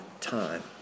time